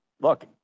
Look